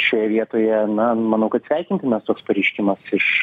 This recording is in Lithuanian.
šioje vietoje na manau kad sveikintinas toks pareiškimas iš